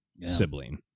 sibling